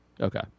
Okay